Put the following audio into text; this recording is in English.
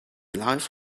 live